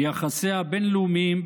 ביחסיה הבין-לאומיים,